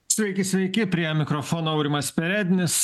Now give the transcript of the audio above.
sveiki sveiki prie mikrofono aurimas perednis